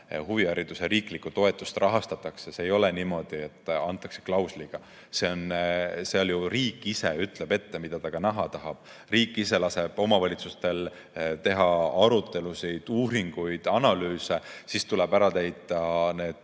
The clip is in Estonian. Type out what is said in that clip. huvihariduse riiklikku toetust rahastatakse. See ei ole niimoodi, et antakse klausliga. Seal ju riik ütleb ette, mida ta näha tahab, riik laseb omavalitsustel teha arutelusid, uuringuid, analüüse, siis tuleb ära täita